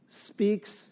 speaks